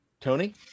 Tony